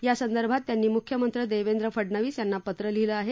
यासंदर्भात त्यांनी मुख्यमंत्री देवेंद्र फडणवीस यांना पत्र लिहिले आहे